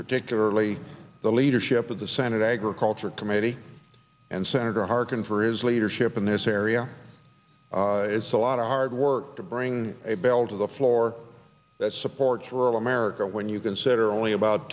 particularly the leadership of the senate agriculture committee and senator harkin for his leadership in this area it's a lot of hard work to bring a bill to the floor that supports rural america when you consider only about